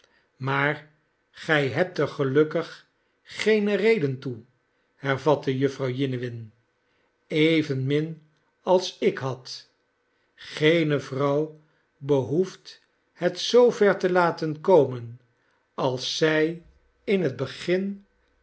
maar gij hebt er gelukkig geene reden toe her vatte jufvrouw jiniwin evenmin als ik had geene vrouw behoeft het zoover te laten komen als zij in het begin